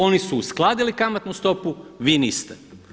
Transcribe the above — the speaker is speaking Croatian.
Oni su uskladili kamatnu stopu, vi niste.